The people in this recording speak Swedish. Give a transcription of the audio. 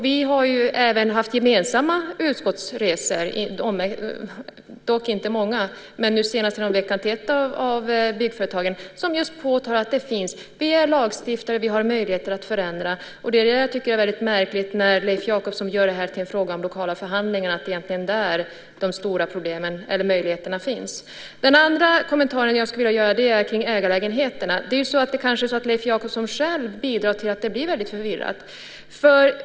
Vi har även gjort gemensamma utskottsresor - dock inte många - och senast häromveckan till ett av byggföretagen som påtalade att vi som lagstiftare hade möjlighet att förändra. Därför tycker jag att det är väldigt märkligt att Leif Jakobsson gör detta till en fråga om lokala förhandlingar, att det egentligen är där som de stora möjligheterna finns. Sedan skulle jag vilja kommentera detta med ägarlägenheterna. Kanske det är så att Leif Jakobsson själv bidrar till att det blir väldigt förvirrat.